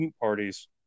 parties